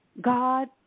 God